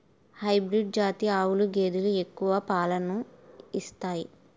hybrid జాతి ఆవులు గేదెలు ఎక్కువ పాలను ఇత్తాయి